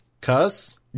cuss